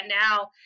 now